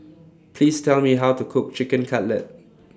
Please Tell Me How to Cook Chicken Cutlet